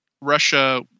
Russia